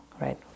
right